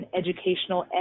educational